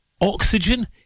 Oxygen